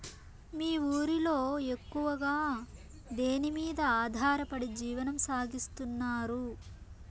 మీ ఊరిలో ఎక్కువగా దేనిమీద ఆధారపడి జీవనం సాగిస్తున్నారు?